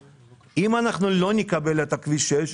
לא נקבל את כביש 6,